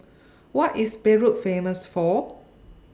What IS Beirut Famous For